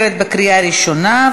בחוק המרשם הפלילי,